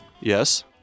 Yes